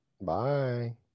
Bye